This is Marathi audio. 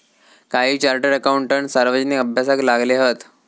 काही चार्टड अकाउटंट सार्वजनिक अभ्यासाक लागले हत